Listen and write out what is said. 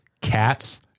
Cats